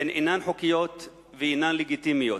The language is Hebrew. אינן חוקיות ואינן לגיטימיות.